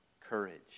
Courage